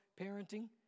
parenting